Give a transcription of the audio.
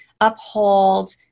uphold